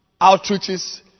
outreaches